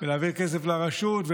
ולהעביר כסף לרשות הפלסטינית.